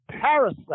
parasite